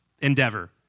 endeavor